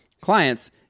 clients